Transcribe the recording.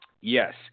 Yes